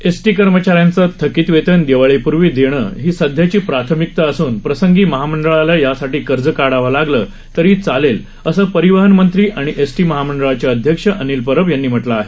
ST कर्मचाऱ्यांचं थकीत वेतन दिवाळीपूर्वी देण ही सध्याची प्राथमिकता असून प्रसंगी महामंडळाला यासाठी कर्ज काढावं लागलं तरी चालेल असं परिवहन मंत्री आणि एसटी महामंडळाचे अध्यक्ष अनिल परब यांनी म्हटलं आहे